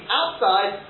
outside